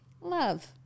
Love